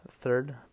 third